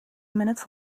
minutes